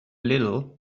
little